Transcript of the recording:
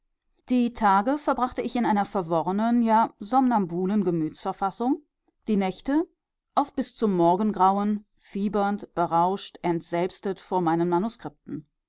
die tage verbrachte ich in einer verworrenen ja somnambulen gemütsverfassung die nächte oft bis zum morgengrauen fiebernd berauscht entselbstet vor meinen